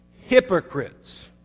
Hypocrites